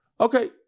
Okay